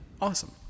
Awesome